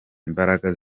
imbaraga